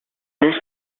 this